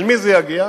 אל מי זה יגיע?